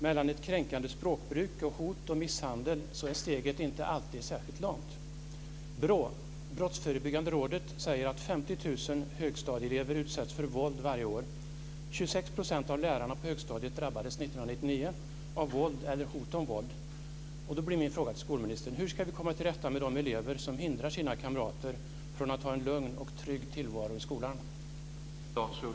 Mellan ett kränkande språkbruk och hot och misshandel är steget inte alltid särskilt långt. BRÅ, Brottsförebyggande rådet, säger att 50 000 högstadieelever utsätts för våld varje år. 26 % av lärarna på högstadiet drabbades 1999 av våld eller hot om våld.